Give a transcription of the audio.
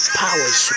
powers